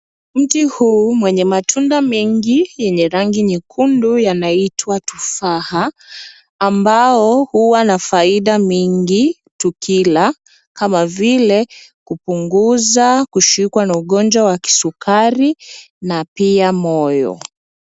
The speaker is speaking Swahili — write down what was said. Mti huu mwenye matunda mengi yenye rangi nyekundu yanaitwa tufaha ambao huwa na faida mingi tukila kama vile kupunguza kushikwa na ugonjwa wa kisukari na pia moyo.